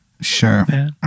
Sure